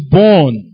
born